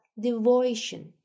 devotion